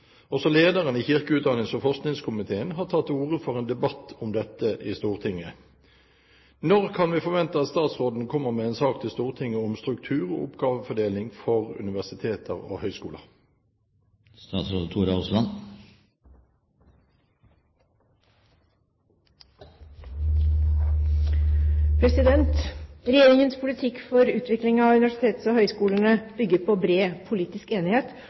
Også lederen i kirke-, utdannings- og forskningskomiteen har tatt til orde for en debatt om dette i Stortinget. Når kan vi forvente at statsråden kommer med en sak til Stortinget om struktur og oppgavefordeling for universitet og høyskoler?» Regjeringens politikk for utvikling av universitets- og høyskolesektoren bygger på bred politisk enighet